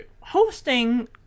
hosting